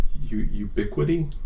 ubiquity